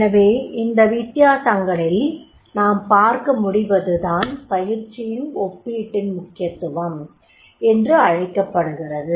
எனவே இந்த வித்தியாசங்களில் நாம் பார்ர்க்க முடிவது தான் பயிற்சியின் ஒப்பீட்டின் முக்கியத்துவம் என்று அழைக்கப்படுகிறது